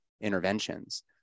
interventions